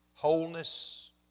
wholeness